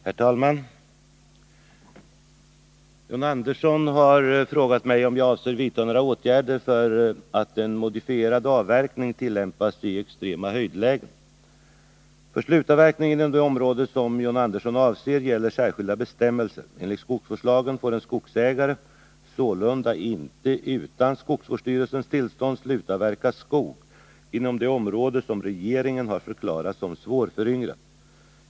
Herr talman! Johh Andersson har frågat mig om jag avser vidta några åtgärder för att en modifierad avverkning tillämpas i extrema höjdlägen. För slutavverkning inom de områden som John Andersson avser gäller särskilda bestämmelser. Enligt skogsvårdslagen får en skogsägare sålunda inte utan skogsvårdsstyrelsens tillstånd slutavverka skog inom det område som regeringen har förklarat som svårföryngrat.